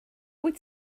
wyt